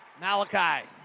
Malachi